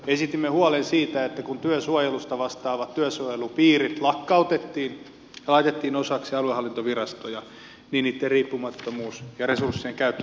esitimme huolen siitä että kun työsuojelusta vastaavat työsuojelupiirit lakkautettiin ja laitettiin osaksi aluehallintovirastoja niin niitten riippumattomuus ja resurssien käyttö saattavat vaarantua